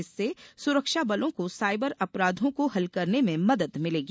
इससे सुरक्षाबलों को साइबर अपराधों को हल करने में मदद मिलेगी